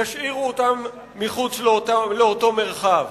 תשאיר אותם מחוץ לאותו מרחב.